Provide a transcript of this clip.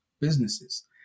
businesses